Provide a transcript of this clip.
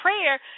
prayer